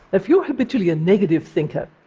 if you're habitually a negative thinker,